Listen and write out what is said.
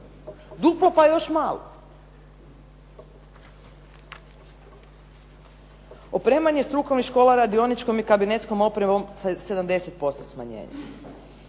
duplo pa još malo. Opremanje strukovnih škola radioničkom i kabinetskom opremom 70% smanjenje.